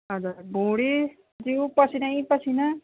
हजुर भुँडी जिउ पसिनै पसिना